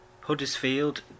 Huddersfield